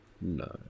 No